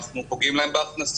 אנחנו פוגעים להם בהכנסות,